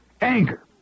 Anger